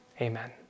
Amen